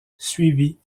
suivi